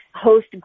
host